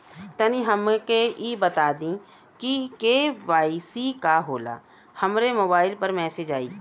तनि हमके इ बता दीं की के.वाइ.सी का होला हमरे मोबाइल पर मैसेज आई?